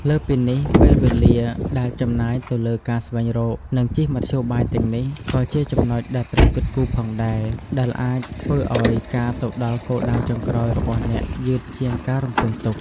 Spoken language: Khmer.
លើសពីនេះ ពេលវេលាដែលចំណាយទៅលើការស្វែងរក និងជិះមធ្យោបាយទាំងនេះ ក៏ជាចំណុចដែលត្រូវគិតគូរផងដែរ ដែលអាចធ្វើឱ្យការទៅដល់គោលដៅចុងក្រោយរបស់អ្នកយឺតជាងការរំពឹងទុក។